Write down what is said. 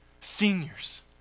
Seniors